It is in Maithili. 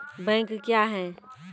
बैंक क्या हैं?